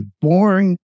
boring